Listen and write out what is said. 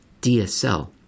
DSL